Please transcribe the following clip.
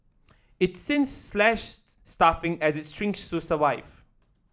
it's since slashed staffing as it shrinks to survive